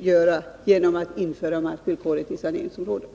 göra genom att införa markvillkoret i saneringsområden.